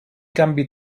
canvi